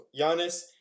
Giannis